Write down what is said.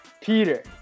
Peter